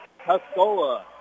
Tuscola